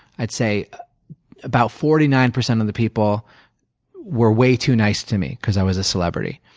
i'd say about forty nine percent of the people were way too nice to me because i was a celebrity.